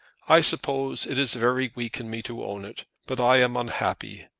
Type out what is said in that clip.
i suppose it is very weak in me to own it but i am unhappy,